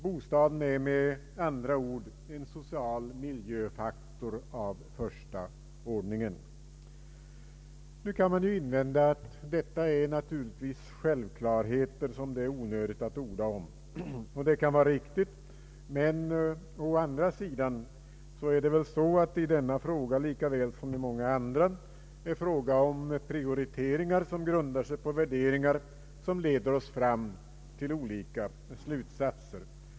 Bostaden är med andra ord en social miljöfaktor av första ordningen. Man kan invända att detta är självklarheter som det är onödigt att orda om. Det kan vara riktigt. Men å andra sidan är det väl på detta område lika väl som på många andra fråga om prioriteringar som grundar sig på värderingar som leder oss fram till olika slutsatser.